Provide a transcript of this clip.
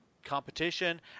Competition